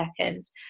seconds